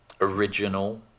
original